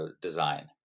design